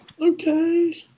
Okay